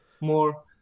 more